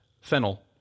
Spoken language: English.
fennel